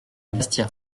bastia